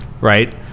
right